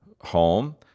home